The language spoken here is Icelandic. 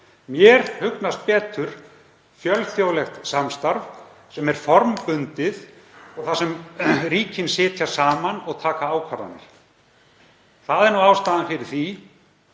Mér hugnast betur fjölþjóðlegt samstarf sem er formbundið, þar sem ríkin sitja saman og taka ákvarðanir. Það er nú ástæðan fyrir því